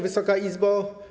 Wysoka Izbo!